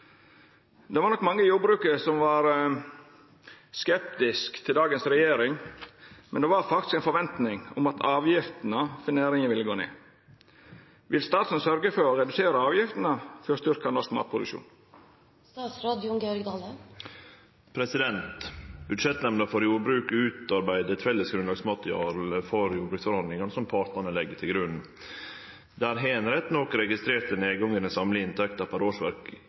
jordbruket var det en forventning om at avgiftene for næringa ville gå ned. Vil statsråden sørge for å redusere avgiftene for å styrke norsk matproduksjon?» Budsjettnemnda for jordbruket utarbeider eit felles grunnlagsmateriale til jordbruksforhandlingane som partane legg til grunn. Der har ein rett nok registrert ein nedgang i den samla inntekta per årsverk